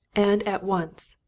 and at once!